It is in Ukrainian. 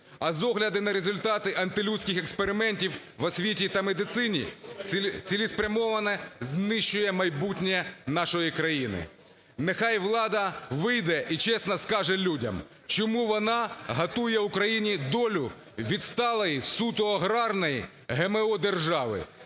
А з огляду на результати антилюдських експериментів в освіті та медицині цілеспрямовано знищує майбутнє нашої країни. Нехай влада вийде і чесно скаже людям, чому вона готує Україні долю відсталої суто аграрної ГМО-держави